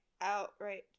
outright